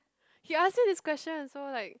he ask you this question so like